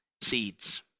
seeds